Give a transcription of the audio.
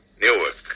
Newark